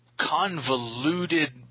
convoluted